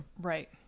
Right